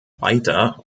weiter